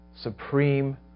supreme